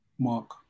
Mark